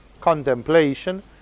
contemplation